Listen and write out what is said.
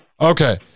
Okay